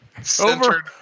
centered